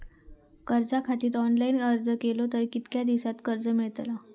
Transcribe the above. कर्जा खातीत ऑनलाईन अर्ज केलो तर कितक्या दिवसात कर्ज मेलतला?